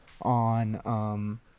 on